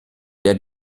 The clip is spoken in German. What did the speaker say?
der